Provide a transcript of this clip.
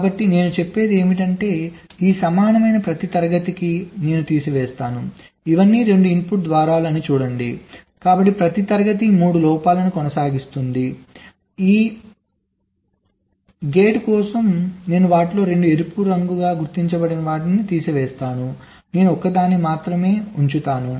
కాబట్టి నేను చెప్పేది ఏమిటంటే ఈ సమానమైన ప్రతి తరగతికి నేను తీసివేస్తాను ఇవన్నీ 2 ఇన్పుట్ల ద్వారాలు అని చూడండి కాబట్టి ప్రతి తరగతి 3 లోపాలను కొనసాగిస్తోంది ఈ మరియు గేట్ కోసం నేను వాటిలో 2 ఎరుపుగా గుర్తించబడిన వాటిని తీసివేస్తాను నేను ఒక్కదాన్ని మాత్రమే ఉంచుతాను